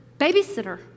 babysitter